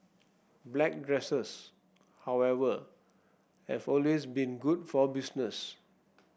black dresses however have always been good for business